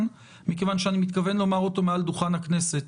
מכיוון שאני מתכוון לומר אותו מעל דוכן הכנסת.